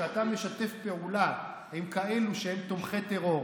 כשאתה משתף פעולה עם כאלה שהם תומכי טרור,